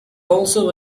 also